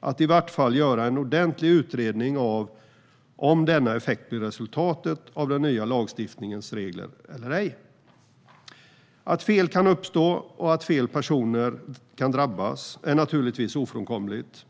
att i varje fall göra en utredning av om denna effekt blir resultatet av den nya lagstiftningens regler eller ej. Att fel kan uppstå och att fel personer kan drabbas är naturligtvis ofrånkomligt.